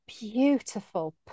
beautiful